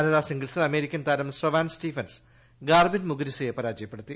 വനിതാസിംഗിൾസിൽ American താരം Sloane Stephens Garbine മുഗുരിസയെ പരാജയപ്പെടുത്തി